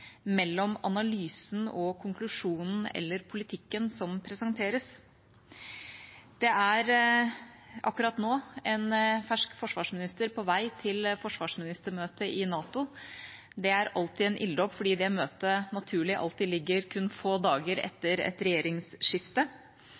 mellom analysen og konklusjonen eller politikken som presenteres. Det er akkurat nå en fersk forsvarsminister på vei til forsvarsministermøtet i NATO. Det er alltid en ilddåp fordi det møtet naturlig alltid ligger kun få dager